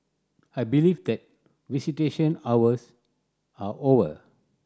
I believe that visitation hours are over